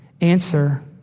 Answer